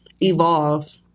evolve